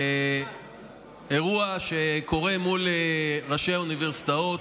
לאירוע שקורה מול ראשי האוניברסיטאות.